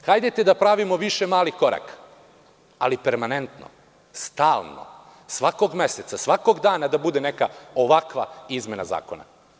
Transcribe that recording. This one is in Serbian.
Hajde da pravimo više malih koraka, ali permanentno, stalno, svakog meseca, svakog dana da bude neka ovakva izmena zakona.